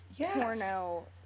porno